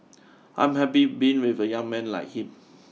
I'm happy being with a young man like him